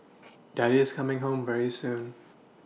daddy's coming home very soon